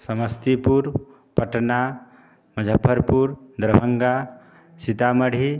Samastipur Patna Muzaffarpur Darbhanga Sitamarhi